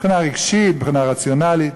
מבחינה רגשית, מבחינה רציונלית.